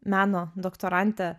meno doktorantė